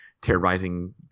terrorizing